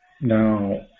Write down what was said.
Now